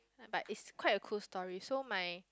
but is quite a cool story so my